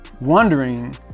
wondering